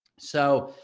so,